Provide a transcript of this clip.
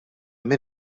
min